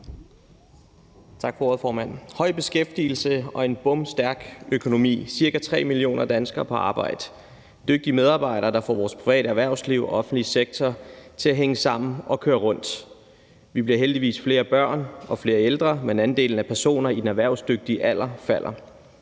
høj beskæftigelse og en bomstærk økonomi. Der er ca. 3 millioner danskere på arbejde – dygtige medarbejdere, der får vores private erhvervsliv og offentlige sektor til at hænge sammen og køre rundt. Vi bliver heldigvis flere børn og flere ældre, men andelen af personer i den erhvervsdygtige alder falder.